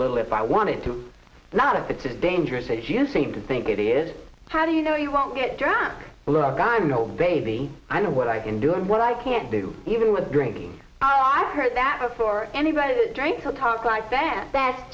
little if i wanted to not if it's a dangerous as you seem to think it is how do you know you won't get drunk guy no baby i know what i can do and what i can't do even with drinking oh i've heard that before anybody who drinks will talk like that